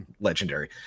legendary